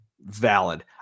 Valid